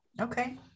Okay